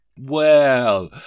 Well